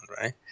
right